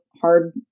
hard